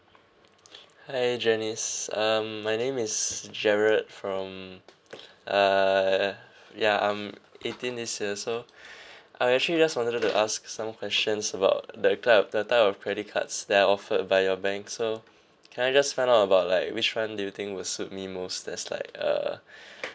hi janice um my name is gerard from uh ya I'm eighteen this year so I actually just wanted to ask some questions about the type of the type of credit cards that are offered by your bank so can I just find out about like which [one] do you think will suit me most there's like uh